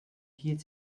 hielt